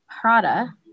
Prada